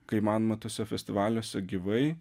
kai įmanoma tuose festivaliuose gyvai